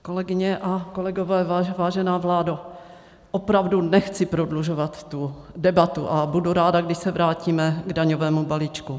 Kolegyně a kolegové, vážená vládo, opravdu nechci prodlužovat tu debatu a budu ráda, když se vrátíme k daňovému balíčku.